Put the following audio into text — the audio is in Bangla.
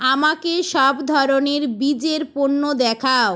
আমাকে সব ধরনের বীজের পণ্য দেখাও